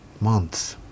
months